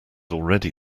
already